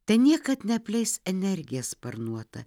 te niekad neapleis energija sparnuota